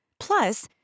Plus